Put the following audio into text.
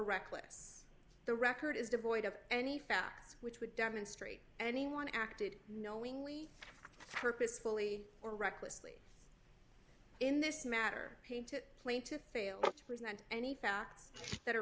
reckless the record is devoid of any facts which would demonstrate anyone acted knowingly purposefully or recklessly in this matter painted plane to fail to present any facts that a